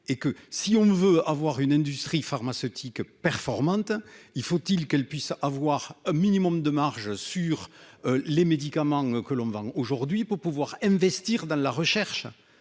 et que si on veut avoir une industrie pharmaceutique performante, il faut-il qu'elle puisse avoir un minimum de marge sur les médicaments que l'on vend aujourd'hui pour pouvoir investir dans la recherche